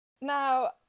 Now